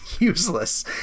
useless